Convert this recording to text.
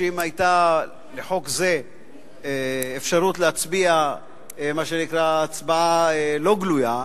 אם היתה בחוק זה אפשרות להצביע מה שנקרא הצבעה לא גלויה,